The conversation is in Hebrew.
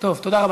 טוב, תודה רבה.